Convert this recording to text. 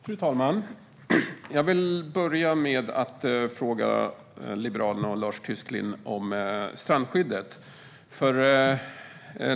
Fru talman! Jag vill börja med att fråga Liberalerna och Lars Tysklind om strandskyddet.